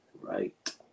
Right